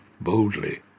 boldly